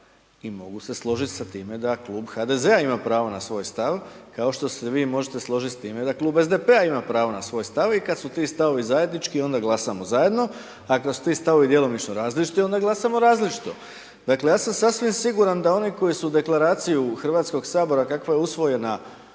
i mogu se složit sa time da Klub HDZ-a ima pravo na svoj stav, kao što se vi možete složiti s time da Klub SDP-a ima pravo na svoj stav i kad su ti stavovi zajednički onda glasamo zajedno, a kad su ti stavovi djelomično različiti onda glasamo različito. Dakle, ja sam sasvim siguran da oni koji su u Deklaraciju Hrvatskog sabora kakva je usvojena